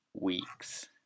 weeks